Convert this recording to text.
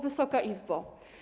Wysoka Izbo!